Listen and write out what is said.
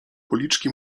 policzki